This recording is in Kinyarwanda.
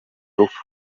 rupfu